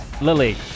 Lily